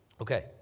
Okay